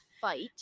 fight